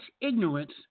ignorance